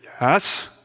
Yes